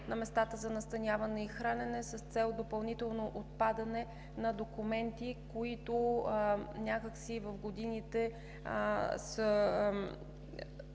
на местата за настаняване и хранене с цел допълнително отпадане на документите, които някак си в годините са